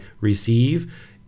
receive